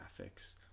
graphics